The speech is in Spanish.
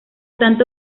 tanto